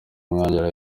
umwanya